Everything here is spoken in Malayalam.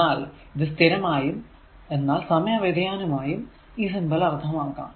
എന്നാൽ ഇത് സ്ഥിരമായും എന്നാൽ സമയ വ്യതിയാനമായും ഈ സിംബൽ അർത്ഥമാക്കാം